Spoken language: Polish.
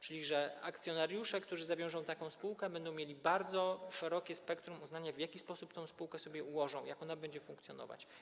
Chodzi o to, że akcjonariusze, którzy zawiążą taką spółkę, będą mieli bardzo szerokie spektrum uznania, w jaki sposób tę spółkę ułożyć, jak ona będzie funkcjonować.